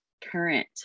current